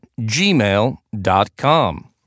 gmail.com